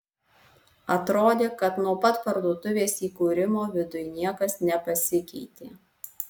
atrodė kad nuo pat parduotuvės įkūrimo viduj niekas nepasikeitė